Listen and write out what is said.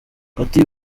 ati